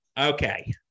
Okay